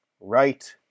Right